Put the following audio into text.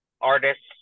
artists